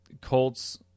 Colts